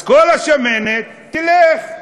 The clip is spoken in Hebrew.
אז כל השמנת תלך,